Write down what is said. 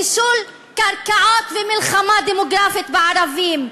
נישול מקרקעות ומלחמה דמוגרפית בערבים.